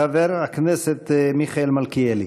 חבר הכנסת מיכאל מלכיאלי.